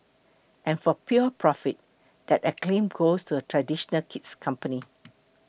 and for pure profit that acclaim goes to a traditional kid's company